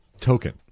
token